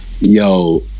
yo